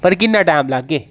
पर किन्ना टाइम लागे